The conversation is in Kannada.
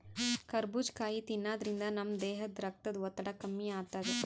ಕರಬೂಜ್ ಕಾಯಿ ತಿನ್ನಾದ್ರಿನ್ದ ನಮ್ ದೇಹದ್ದ್ ರಕ್ತದ್ ಒತ್ತಡ ಕಮ್ಮಿ ಆತದ್